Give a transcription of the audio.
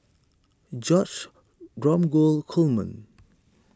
George Dromgold Coleman